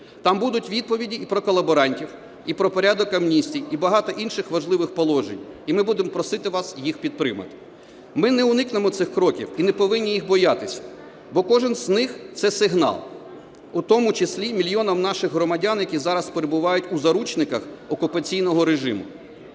Там будуть відповіді і про колаборантів, і про порядок амністій, і багато інших важливих положень, і ми будемо просити вас їх підтримати. Ми не уникнемо цих кроків і не повинні їх боятися, бо кожний з них – це сигнал, у тому числі мільйонам наших громадян, які зараз перебувають у заручниках окупаційного режиму.